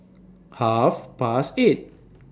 Half Past eight